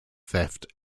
theft